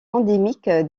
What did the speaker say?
endémique